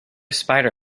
spider